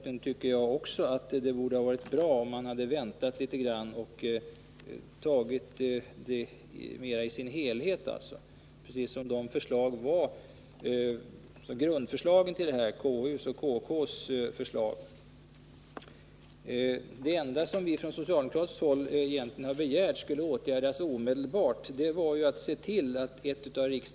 Även från den synpunkten skulle det ha varit bra, om regeringen hade väntat litet och sedan lagt fram förslag rörande antagningssystemet i dess helhet, som fallet var när kompetensutredningen och kompetenskommittén lade fram de förslag som utgjort grunden för denna reform.